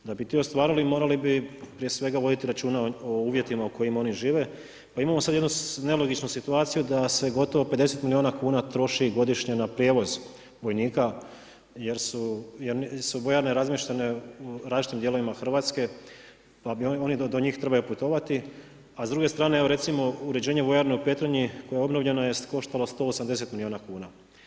Da bi to ostvarili morali bi prije svega voditi računa o uvjetima u kojima oni žive pa imamo sad jednu nelogičnu situaciju da se gotovo 50 milijuna troši godišnje na prijevoz vojnika jer su vojarne razmještene u različitim dijelovima Hrvatske pa oni do njih trebaju putovati, a s druge strane evo recimo uređenje vojarne u Petrinji koja je obnovljena je koštalo 180 milijuna kuna.